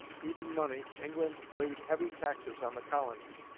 needing money, england laid heavy taxes on the colonies,